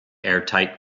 airtight